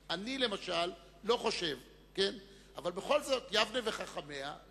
אני, למשל, לא חושב, אבל בכל זאת יש האומרים